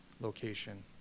location